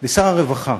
לשר הרווחה